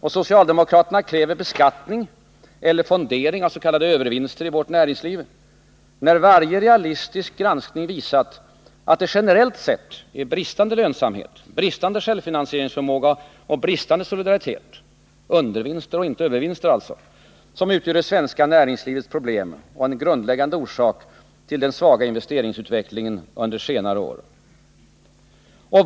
Och socialdemokraterna kräver beskattning eller fondering av s.k. övervinster i vårt näringsliv, när varje realistisk granskning visat att det generellt sett är bristande lönsamhet, bristande självfinansieringsförmåga och bristande soliditet — dvs. undervinster och inte övervinster — som utgör det svenska näringslivets problem och en grundläggande orsak till den svaga investeringsutvecklingen under senare år.